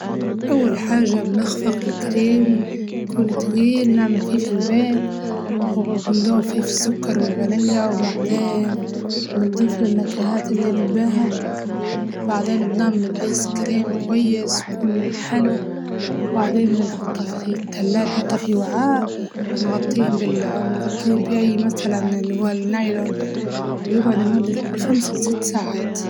أول حاجة بنخفق الكريم يكون تقيل نعمل فيه في البيت، وبندوب فيه السكر والفانيليا وبعدين بنضيفله النكهات اللي نباها، وبعدين بنعمل الآيس كريم كويس وتكون حلو وبعدين بنحطه في التلا- نحطه في وعاء ونغطيه بال- ونغطيه بأي متلاً اللي هو النايلون ويقعد لمدة من خمس لست ساعات.ط